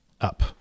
up